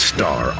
Star